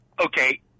Okay